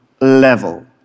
level